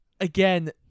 again